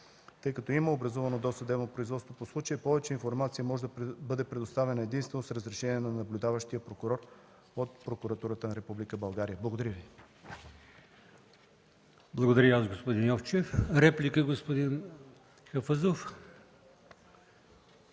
Тъй като има образувано досъдебно производство по случая, повече информация може да бъде предоставена единствено с разрешение на наблюдаващия прокурор от Прокуратурата на Република България. Благодаря Ви. ПРЕДСЕДАТЕЛ АЛИОСМАН ИМАМОВ: Благодаря и аз, господин Йовчев. Реплика – господин Хафъзов.